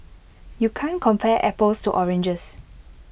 you can't compare apples to oranges